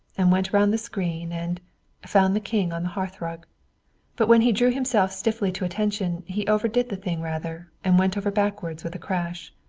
and went round the screen, and found the king on the hearthrug. but when he drew himself stiffly to attention he overdid the thing rather and went over backward with a crash.